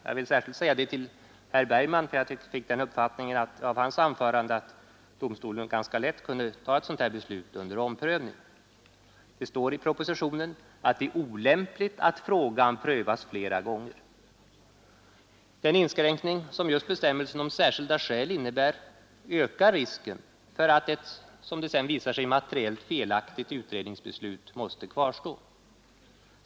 Jag vill särskilt säga det till herr Bergman, för av hans anförande fick jag den uppfattningen att domstolen ganska lätt kunde ta ett sådant beslut under omprövning. Det står i propositionen att det är olämpligt att frågan prövas flera gånger. Den inskränkning som just bestämmelsen om särskilda skäl innebär ökar risken för att ett som det sedan visar sig felaktigt materiellt utredningsbeslut måste kvarstå.